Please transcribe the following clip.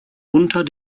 unter